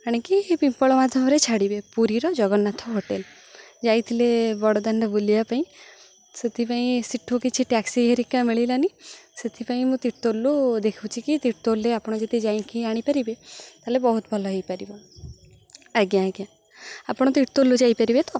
ଆଣିକି ପିମ୍ପଳମାଧବ'ରେ ଛାଡ଼ିବେ ପୁରୀର ଜଗନ୍ନାଥ ହୋଟେଲ୍ ଯାଇଥିଲେ ବଡ଼ଦାଣ୍ଡ ବୁଲିବା ପାଇଁ ସେଥିପାଇଁ ସେଠୁ କିଛି ଟ୍ୟାକ୍ସି ହେରିକା ମିଳିଲାନି ସେଥିପାଇଁ ମୁଁ ତୋର୍ତ୍ତୋଲ୍ରୁ ଦେଖୁଛି କି ତିର୍ତ୍ତୋଲ୍ରେ ଆପଣ ଯଦି ଯାଇକି ଆଣିପାରିବେ ତାହେଲେ ବହୁତ ଭଲ ହେଇପାରିବ ଆଜ୍ଞା ଆଜ୍ଞା ଆପଣ ତିର୍ତ୍ତୋଲ୍ରୁୁ ଯାଇପାରିବେ ତ